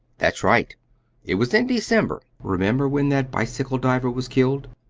that's right it was in december. remember when that bicycle-diver was killed?